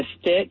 stick